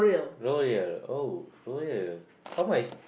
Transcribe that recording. L'oreal oh L'oreal how much